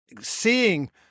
seeing